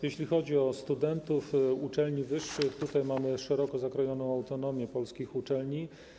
Jeśli chodzi o studentów uczelni wyższych, mamy szeroko zakrojoną autonomię polskich uczelni.